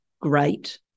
great